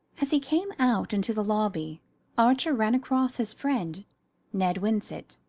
as he came out into the lobby archer ran across his friend ned winsett,